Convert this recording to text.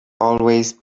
always